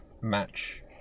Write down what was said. match